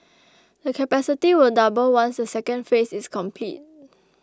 the capacity will double once the second phase is complete